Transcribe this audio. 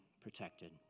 protected